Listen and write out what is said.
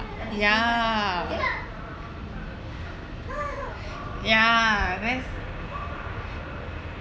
ya ya